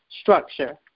structure